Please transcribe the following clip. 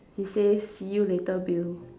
he says see you later Bill